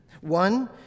One